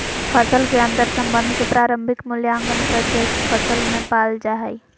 फसल के अंतर्संबंध के प्रारंभिक मूल्यांकन प्रत्येक फसल में पाल जा हइ